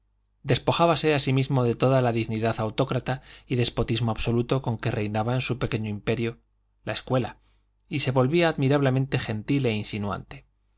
invierno despojábase asimismo de toda la dignidad autócrata y despotismo absoluto con que reinaba en su pequeño imperio la escuela y se volvía